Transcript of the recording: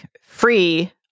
free